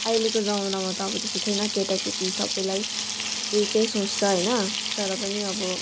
अहिलेको जमानामा त अब त्यस्तो छैन केटाकेटी सबैलाई एकै सोच्छ होइन तर पनि अब